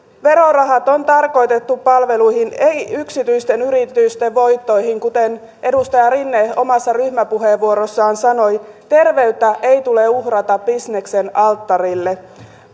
verorahat on tarkoitettu palveluihin ei yksityisten yritysten voittoihin kuten edustaja rinne omassa ryhmäpuheenvuorossaan sanoi terveyttä ei tule uhrata bisneksen alttarille